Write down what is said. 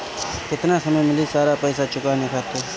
केतना समय मिली सारा पेईसा चुकाने खातिर?